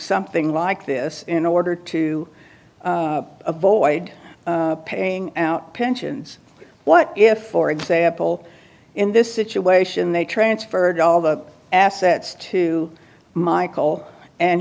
something like this in order to avoid paying out pensions what if for example in this situation they transferred all the assets to michael and